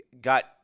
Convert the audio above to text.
got